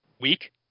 weak